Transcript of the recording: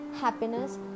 happiness